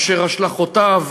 אשר השלכותיו